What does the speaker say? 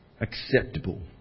acceptable